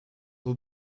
will